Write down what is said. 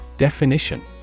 Definition